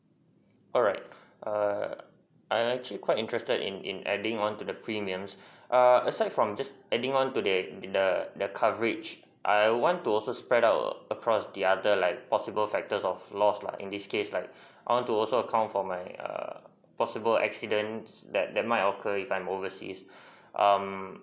alright err I'm actually quite interested in in adding on to the premium err aside from this adding on to the the the coverage I want to also spread out across the other like possible factors of lost like in this case like I want to also account for my err possible accident that that might occur if I'm overseas um